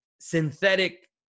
synthetic